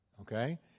Okay